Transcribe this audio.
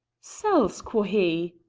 cells! quo' he,